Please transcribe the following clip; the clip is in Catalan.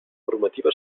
normativa